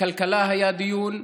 הכלכלה היה דיון.